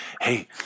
hey